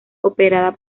operada